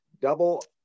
double